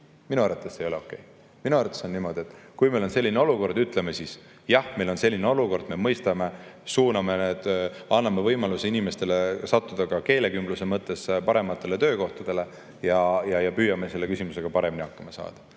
Minu arvates on niimoodi, et kui meil on selline olukord, siis me ütleme: jah, meil on selline olukord, me mõistame, anname võimaluse inimestele sattuda ka keelekümbluse mõttes parematele töökohtadele ja püüame selle küsimusega paremini hakkama saada.